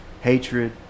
hatred